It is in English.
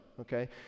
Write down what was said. okay